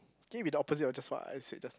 key with the opposite of just what I said just